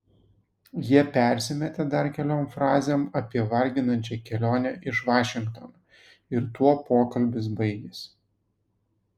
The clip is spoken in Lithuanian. jie persimetė dar keliom frazėm apie varginančią kelionę iš vašingtono ir tuo pokalbis baigėsi